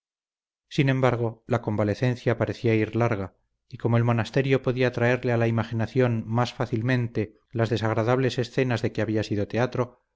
sin embargo la convalecencia parecía ir larga y como el monasterio podía traerle a la imaginación más fácilmente las desagradables escenas de que había sido teatro